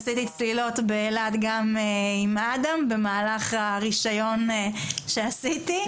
עשיתי צלילות באילת גם עם אדם במהלך הרישיון שעשיתי.